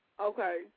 Okay